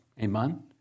Amen